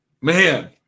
man